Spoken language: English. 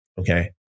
Okay